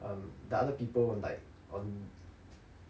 um the other people on like on